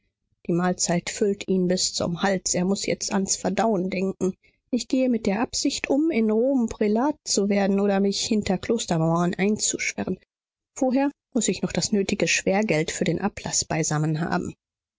die mahlzeit füllt ihn bis zum hals er muß jetzt ans verdauen denken ich gehe mit der absicht um in rom prälat zu werden oder mich hinter klostermauern einzusperren vorher muß ich noch das nötige schwergeld für den ablaß beisammen haben